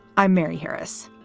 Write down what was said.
i'm mary harris.